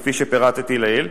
כפי שפירטתי לעיל.